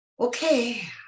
okay